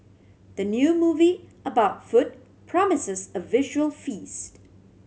the new movie about food promises a visual feast